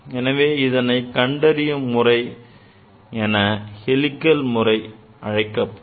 எனவே இதனை கண்டறியும் முறை என helical முறை அழைக்கப்படும்